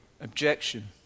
objection